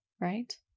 right